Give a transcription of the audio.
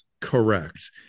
Correct